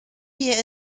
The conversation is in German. wir